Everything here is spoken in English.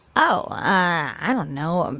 oh, i don't know. um